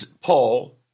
Paul